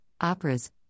operas